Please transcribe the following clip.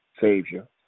Savior